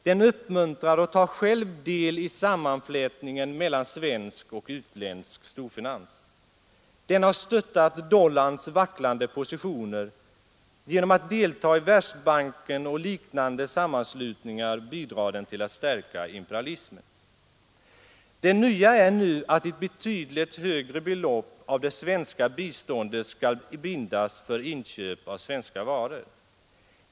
Den uppmuntrar och tar själv del i sammanflätningen mellan svensk och utländsk storfinans. Den har stöttat dollarns vacklande positioner. Genom att delta i Världsbanken och liknande sammanslutningar bidrar den till att stärka imperialismen. Det nya är nu att ett betydligt högre belopp av det svenska biståndet skall bindas för inköp av svenska varor.